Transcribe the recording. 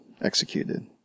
executed